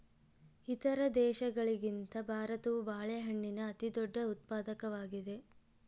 ಇತರ ದೇಶಗಳಿಗಿಂತ ಭಾರತವು ಬಾಳೆಹಣ್ಣಿನ ಅತಿದೊಡ್ಡ ಉತ್ಪಾದಕವಾಗಿದೆ